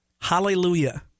Hallelujah